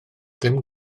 ddim